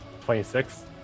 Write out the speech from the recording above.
26